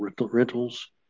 rentals